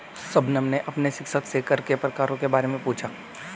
शबनम ने अपने शिक्षक से कर के प्रकारों के बारे में पूछा